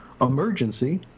Emergency